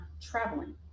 traveling